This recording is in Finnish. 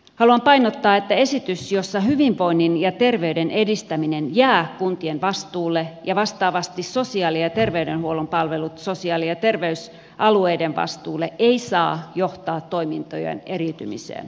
haluan painottaa että esitys jossa hyvinvoinnin ja terveyden edistäminen jää kuntien vastuulle ja vastaavasti sosiaali ja terveydenhuollon palvelut sosiaali ja terveysalueiden vastuulle ei saa johtaa toimintojen eriytymiseen